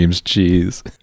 cheese